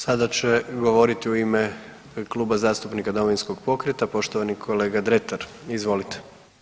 Sada će govoriti u ime Kluba zastupnika Domovinskog pokreta poštovani kolega Dretar, izvolite.